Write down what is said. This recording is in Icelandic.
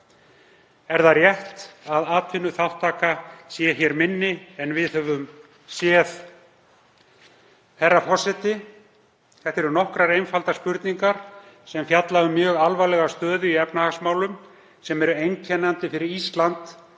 Er það rétt að atvinnuþátttaka sé hér minni en við höfum séð? Herra forseti. Þetta eru nokkrar einfaldar spurningar sem fjalla um mjög alvarlega stöðu í efnahagsmálum sem eru einkennandi fyrir Ísland